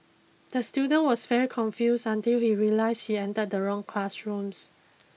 the student was very confused until he realised he entered the wrong classroom